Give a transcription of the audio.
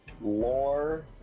lore